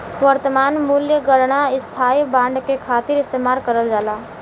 वर्तमान मूल्य गणना स्थायी बांड के खातिर इस्तेमाल करल जाला